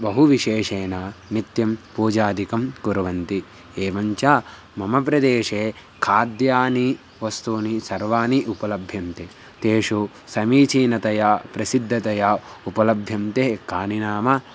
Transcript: बहु विशेषेण नित्यं पूजादिकं कुर्वन्ति एवञ्च मम प्रदेशे खाद्यानि वस्तूनि सर्वाणि उपलभ्यन्ते तेषु समीचीनतया प्रसिद्धतया उपलभ्यन्ते कानि नाम